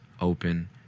open